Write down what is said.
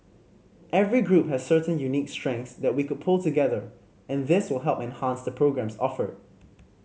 every group has certain unique strengths that we could pool together and this will help enhance the programmes offered